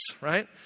right